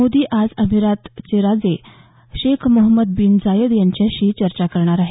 मोदी आज अमिरात राजे Sheikh Mohammed bin Zayed Al Nahyan यांच्याशी चर्चा करणार आहेत